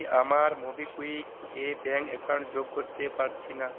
আমার মোবিকুইক এ bank account যোগ করতে পারছি না